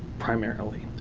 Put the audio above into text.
primarily.